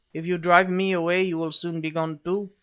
if you drive me away you will soon be gone too,